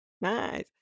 Nice